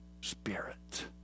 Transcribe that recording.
spirit